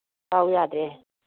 ꯆꯥꯎ ꯌꯥꯗ꯭ꯔꯦ